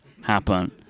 happen